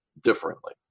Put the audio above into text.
differently